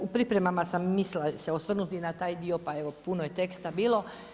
U pripremama sam mislila se osvrnuti i na taj dio, pa evo puno je teksta bilo.